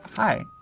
hi.